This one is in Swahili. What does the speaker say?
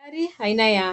Gari aina ya,